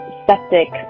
septic